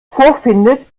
vorfindet